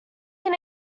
can